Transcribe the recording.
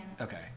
okay